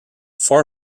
four